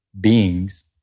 beings